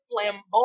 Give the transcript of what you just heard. flamboyant